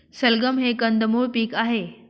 सलगम हे कंदमुळ पीक आहे